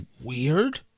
weird